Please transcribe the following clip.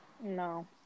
No